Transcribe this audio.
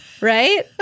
right